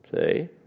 See